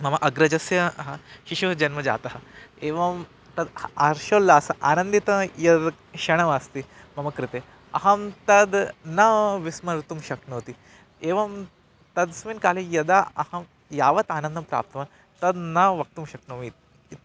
मम अग्रजस्य ह शिशुः जन्मजातः एवं तत् हर्षोल्लासः आनन्दितः यद् क्षणमस्ति मम कृते अहं तद् न विस्मर्तुं शक्नोति एवं तस्मिन् काले यदा अहं यावत् आनन्दं प्राप्तवान् तद् न वक्तुं शक्नोमि इति इति